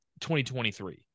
2023